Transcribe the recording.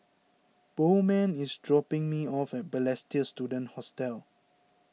Bowman is dropping me off at Balestier Student Hostel